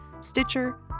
Stitcher